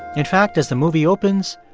in fact, as the movie opens,